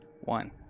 One